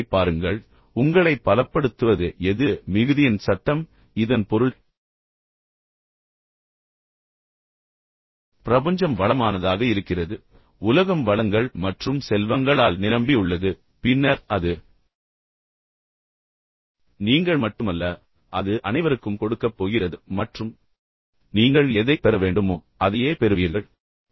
இதைப் பாருங்கள் உங்களை பலப்படுத்துவது எது மிகுதியின் சட்டம் இதன் பொருள் பிரபஞ்சம் வளமானதாக இருக்கிறது உலகம் வளங்கள் மற்றும் செல்வங்களால் நிரம்பியுள்ளது பின்னர் அது நீங்கள் மட்டுமல்ல அது அனைவருக்கும் கொடுக்கப் போகிறது மற்றும் பின்னர் நீங்கள் எதைப் பெற வேண்டுமோ அதையே பெறுவீர்கள் என்று நம்புவது